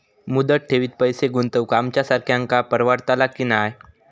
मुदत ठेवीत पैसे गुंतवक आमच्यासारख्यांका परवडतला की नाय?